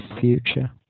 future